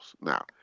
Now